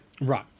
Right